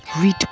Read